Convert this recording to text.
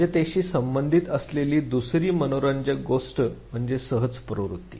सज्जतेशी संबंधित असलेली दुसरी मनोरंजक गोष्ट म्हणजे सहज प्रवृत्ती